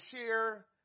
share